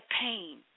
pain